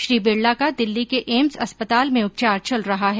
श्री बिरला का दिल्ली के एम्स अस्पताल में उपचार चल रहा है